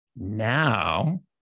Now